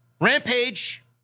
Rampage